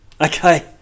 Okay